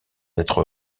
d’être